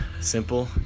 simple